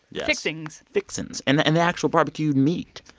yeah fixings fixings. and the and the actual barbecued meat.